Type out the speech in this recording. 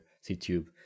C-tube